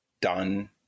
done